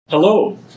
Hello